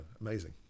amazing